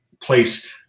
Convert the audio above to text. place